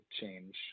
change